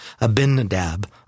Abinadab